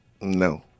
No